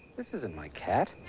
this isn't my cat.